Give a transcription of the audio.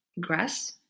grass